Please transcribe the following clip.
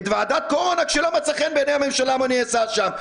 את ועדת הקורונה כשלא מצא חן בעיני הממשלה מה שנעשה שם.